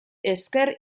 ezker